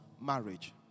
Marriage